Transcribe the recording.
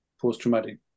post-traumatic